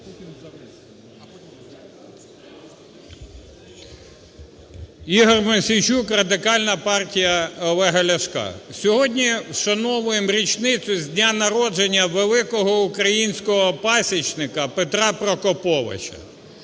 Ігор Мосійчук, Радикальна партія Олега Ляшка. Сьогодні вшановуємо річницю з дня народження великого українського пасічника Петра Прокоповича